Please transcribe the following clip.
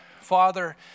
Father